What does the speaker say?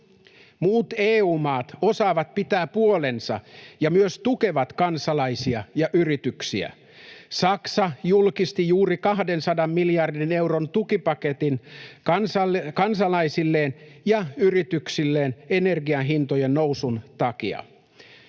Muut EU-maat osaavat pitää puolensa ja myös tukevat kansalaisia ja yrityksiä. Saksa julkisti juuri kahden sadan miljardin euron tukipaketin kansalaisilleen ja yrityksilleen energian hintojen nousun takia.